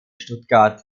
stuttgart